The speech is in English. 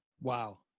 Wow